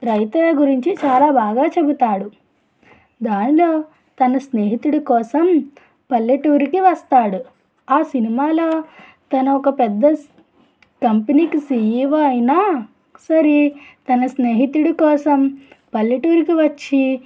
రైతుల గురించి చాలా బాగా చెబుతాడు దానిలో తన స్నేహితుడి కోసం పల్లెటూరికి వస్తాడు ఆ సినిమాలో తను ఒక పెద్ద కంపెనీకి సీఈఓ అయినా సరే తన స్నేహితుడి కోసం పల్లెటూరికి వచ్చి